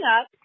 up